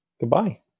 goodbye